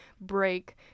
break